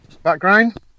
Background